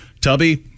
Tubby